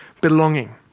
belonging